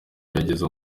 yagize